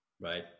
right